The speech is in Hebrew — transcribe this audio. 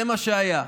זה מה שהיה.